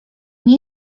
nie